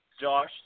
Josh